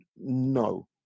No